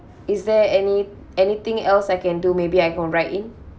is there any anything else I can do maybe I can write in